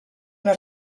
una